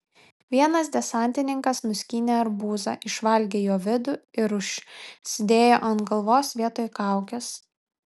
vienas desantininkas nuskynė arbūzą išvalgė jo vidų ir užsidėjo ant galvos vietoj kaukės